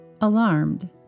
Alarmed